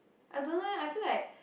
I don't know eh I feel like